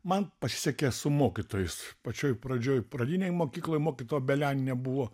man pasisekė su mokytojais pačioj pradžioj pradinėj mokykloj mokytoja belenienė buvo